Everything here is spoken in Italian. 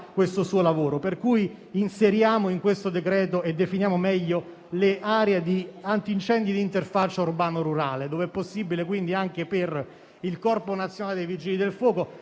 decreto in esame inseriamo e definiamo meglio le aree di incendio di interfaccia urbano-rurale, dov'è possibile quindi anche per il Corpo nazionale dei vigili del fuoco,